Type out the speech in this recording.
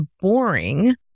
boring